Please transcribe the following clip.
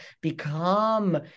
Become